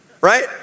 right